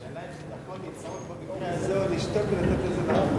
השאלה היא אם זה נכון לצעוק במקרה הזה או לשתוק ולתת לזה לעבור.